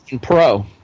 Pro